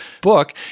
book